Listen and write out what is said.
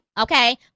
okay